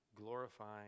glorifying